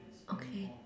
okay